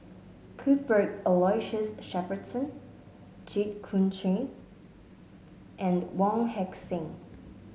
Cuthbert Aloysius Shepherdson Jit Koon Ch'ng and Wong Heck Sing